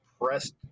pressed